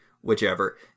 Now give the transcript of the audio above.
whichever